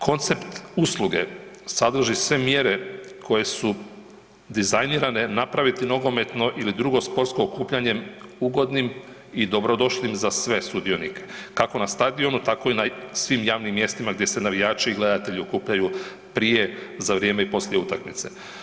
Koncept usluge sadrži sve mjere koje su dizajnirane napraviti nogometno ili drugo sportsko okupljanje ugodnim i dobrodošlim za sve sudionike, kako na stadionu, tako na svim javim mjestima gdje se navijači i gledatelji okupljaju prije, za vrijeme i poslije utakmice.